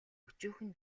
өчүүхэн